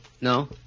No